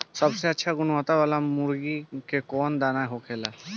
सबसे अच्छा गुणवत्ता वाला मुर्गी के कौन दाना होखेला?